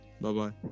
bye-bye